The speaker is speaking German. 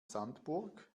sandburg